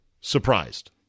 surprised